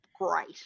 great